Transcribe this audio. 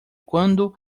quando